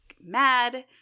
mad